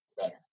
better